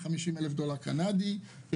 מוגבל לסך 250,000 דולר קנדי למשפחה,